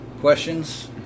questions